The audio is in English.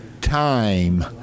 time